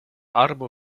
arbo